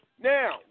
Now